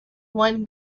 one